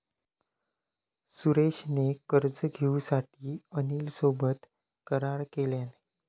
सुरेश ने कर्ज घेऊसाठी अनिल सोबत करार केलान